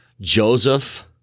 Joseph